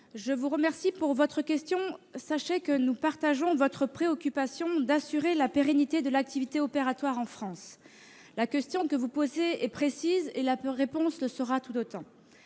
de la santé. Madame la sénatrice, sachez que nous partageons votre préoccupation d'assurer la pérennité de l'activité opératoire, en France. La question que vous posez est précise, et la réponse le sera tout d'autant.